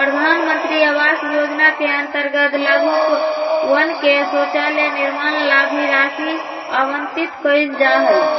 प्रधान मंत्री आवास योजना के अंतर्गत लाभुकवन के शौचालय निर्माण ला भी राशि आवंटित कइल जाहई